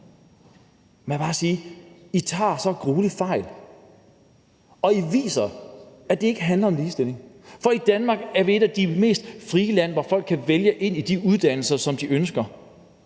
må jeg bare sige: I tager så grueligt fejl, og I viser, at det ikke handler om ligestilling. For i Danmark er vi et af de mest frie lande, hvor folk kan vælge de uddannelser, som de ønsker,